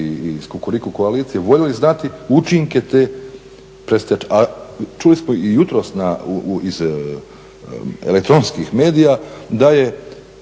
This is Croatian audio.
iz Kukuriku koalicije voljeli znati učinke te predstečajne, a čuli smo i jutros iz elektronskih medija da je